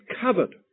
covered